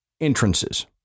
entrances